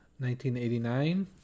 1989